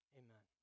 amen